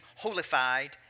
holified